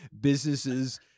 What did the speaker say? businesses